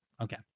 okay